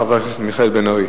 חבר הכנסת מיכאל בן-ארי.